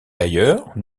ailleurs